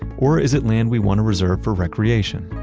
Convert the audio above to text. or is it land we want to reserve for recreation?